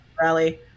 rally